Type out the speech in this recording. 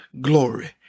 glory